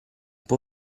può